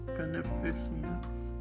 beneficence